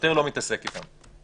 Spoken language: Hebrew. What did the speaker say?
שוטר לא מתעסק איתם.